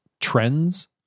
trends